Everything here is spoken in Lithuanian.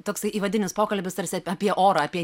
toksai įvadinis pokalbis tarsi apie orą apie